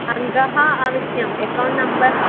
अङ्कानि आवश्यकम् account number